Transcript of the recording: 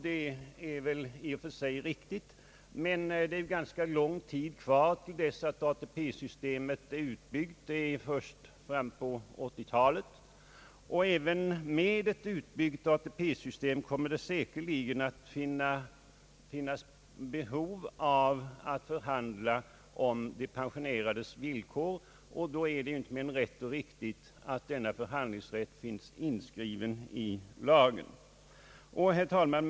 Detta är väl i och för sig riktigt, men det är ganska lång tid kvar tills ATP-systemet är utbyggt fram på 1980-talet, och även med ett utbyggt ATP-system kommer det säkerligen att finnas behov av att förhandla om de pensionerades villkor, och då är det inte mer än rätt och riktigt att denna förhandlingsrätt finns inskriven i lagen. Herr talman!